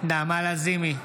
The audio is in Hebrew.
נעמה לזימי,